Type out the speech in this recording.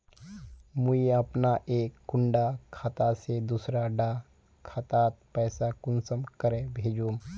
मुई अपना एक कुंडा खाता से दूसरा डा खातात पैसा कुंसम करे भेजुम?